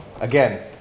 again